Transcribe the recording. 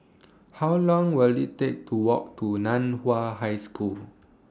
How Long Will IT Take to Walk to NAN Hua High School